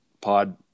pod